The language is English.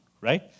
right